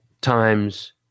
times